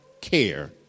care